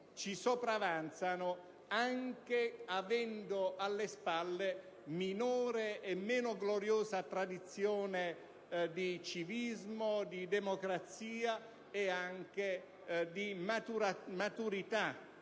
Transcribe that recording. ci sopravanzano, pur avendo alle spalle minore e meno gloriosa tradizione di civismo, democrazia e anche di maturità